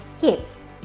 kids